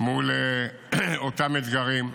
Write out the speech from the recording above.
מול אותם אתגרים,